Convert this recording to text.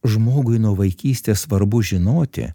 žmogui nuo vaikystės svarbu žinoti